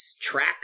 track